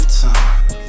time